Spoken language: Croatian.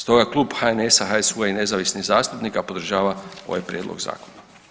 Stoga Klub HNS-a, HSU-a i nezavisnih zastupnika podržava ovaj prijedlog zakona.